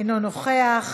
אינו נוכח,